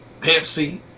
Pepsi